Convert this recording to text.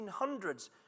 1800s